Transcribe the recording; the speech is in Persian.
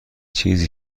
چیزی